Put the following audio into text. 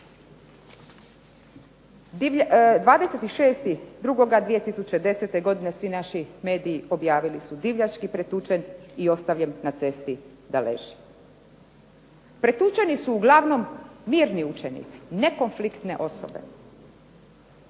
26.2.2010. godine objavili su "Divljački pretučen i ostavljen na cesti da leži". Pretučeni su uglavnom mirni učenici, nekonfliktne osobe.